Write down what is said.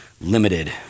limited